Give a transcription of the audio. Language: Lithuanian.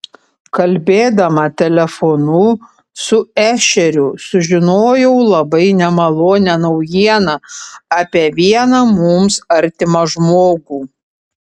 kalbėdama telefonu su ešeriu sužinojau labai nemalonią naujieną apie vieną mums artimą žmogų